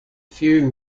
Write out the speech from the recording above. few